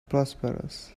prosperous